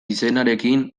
izenarekin